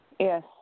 Yes